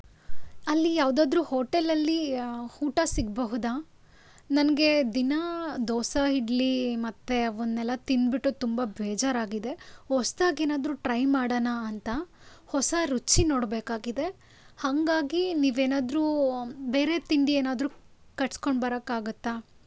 ಅಲ್ಲಿ ಯಾವ್ದಾದ್ರೂ ಹೋಟೇಲಲ್ಲಿ ಊಟ ಸಿಗಬಹುದಾ ನನಗೆ ದಿನಾ ದೋಸೆ ಇಡ್ಲಿ ಮತ್ತು ಅವನ್ನೆಲ್ಲ ತಿಂದ್ಬಿಟ್ಟು ತುಂಬ ಬೇಜಾರಾಗಿದೆ ಹೊಸ್ತಾಗೇನಾದ್ರೂ ಟ್ರೈ ಮಾಡಣ ಅಂತ ಹೊಸ ರುಚಿ ನೋಡಬೇಕಾಗಿದೆ ಹಾಗಾಗಿ ನೀವೇನಾದ್ರೂ ಬೇರೆ ತಿಂಡಿ ಏನಾದ್ರೂ ಕಟ್ಸ್ಕೊಂಡು ಬರೋಕ್ಕಾಗುತ್ತಾ